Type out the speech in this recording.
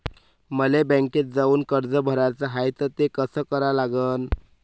मले बँकेत जाऊन कर्ज भराच हाय त ते कस करा लागन?